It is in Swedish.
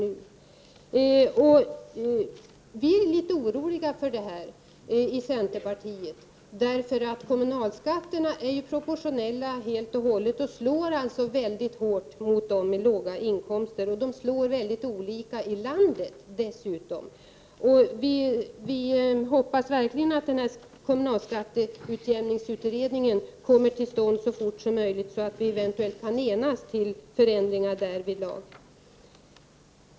Vi i centerpartiet är litet oroliga för detta, eftersom kommunalskatterna är helt och hållet proportionella och alltså slår mycket hårt mot dem som har låga inkomster. De slår dessutom väldigt olika i olika delar av landet. Vi hoppas verkligen att utredningen om kommunal skatteutjämning m.m. kommer till stånd så fort som möjligt, så att vi eventuellt kan enas om förändringar därvidlag.